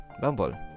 bumble